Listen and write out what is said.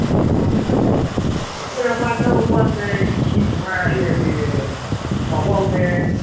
it's often on cassette well, my number one thing to keep around here is my walkman,